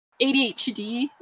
ADHD